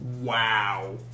wow